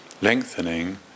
lengthening